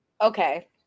Okay